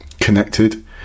connected